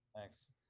Thanks